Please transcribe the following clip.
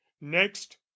next